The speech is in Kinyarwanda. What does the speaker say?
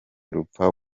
rupfa